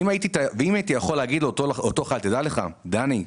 אם הייתי יכול להגיד לאותו אחד, "דע לך, דני,